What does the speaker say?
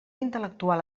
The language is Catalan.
intel·lectual